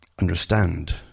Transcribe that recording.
Understand